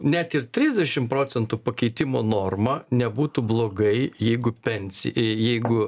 net ir trisdešimt procentų pakeitimo norma nebūtų blogai jeigu pensi į jeigu